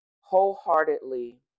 wholeheartedly